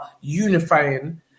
unifying